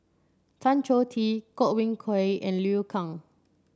Tan Choh Tee Godwin Koay and Liu Kang